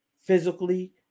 physically